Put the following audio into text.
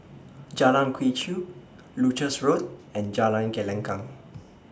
Jalan Quee Chew Leuchars Road and Jalan Gelenggang